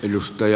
kiitos